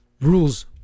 rules